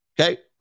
Okay